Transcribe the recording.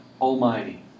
Almighty